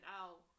out